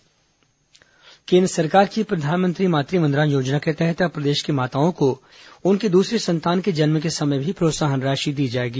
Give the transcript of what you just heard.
प्रधानमंत्री मातृ वंदना योजना केन्द्र सरकार की प्रधानमंत्री मातृ वंदना योजना के तहत अब प्रदेश की माताओं को उनकी दूसरी संतान के जन्म के समय भी प्रोत्साहन राशि दी जाएगी